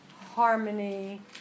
harmony